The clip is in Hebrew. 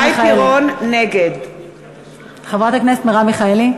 נגד חברת הכנסת מרב מיכאלי.